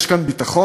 יש כאן ביטחון?